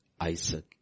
Isaac